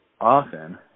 often